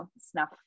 snuff